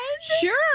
Sure